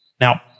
Now